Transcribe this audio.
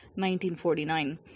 1949